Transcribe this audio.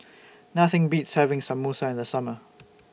Nothing Beats having Samosa in The Summer